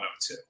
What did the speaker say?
102